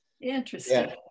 Interesting